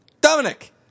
Dominic